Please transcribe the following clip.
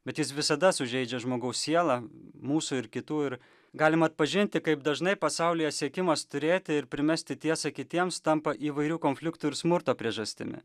bet jis visada sužeidžia žmogaus sielą mūsų ir kitų ir galim atpažinti kaip dažnai pasaulyje siekimas turėti ir primesti tiesą kitiems tampa įvairių konfliktų ir smurto priežastimi